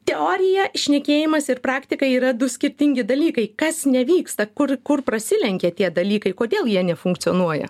teorija šnekėjimas ir praktika yra du skirtingi dalykai kas nevyksta kur kur prasilenkia tie dalykai kodėl jie nefunkcionuoja